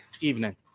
evening